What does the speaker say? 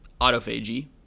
autophagy